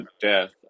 death